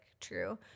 true